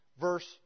verse